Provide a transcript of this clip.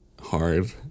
hard